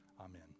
Amen